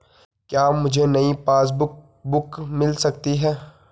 क्या मुझे नयी पासबुक बुक मिल सकती है?